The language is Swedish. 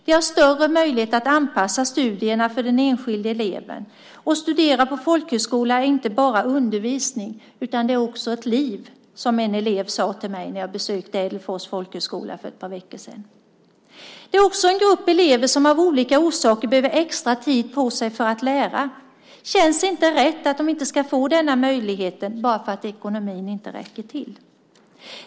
Den har större möjligheter att anpassa studierna till den enskilde eleven. Att studera på folkhögskola är inte bara en fråga om undervisning. Det är också ett liv, som en elev sade till mig när jag besökte Ädelfors folkhögskola för ett par veckor sedan. Det handlar dessutom om en grupp elever som av olika orsaker behöver extra tid på sig för att lära. Då känns det inte rätt att de inte ska få den möjligheten bara för att ekonomin inte räcker till.